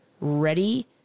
ready